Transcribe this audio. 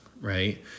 right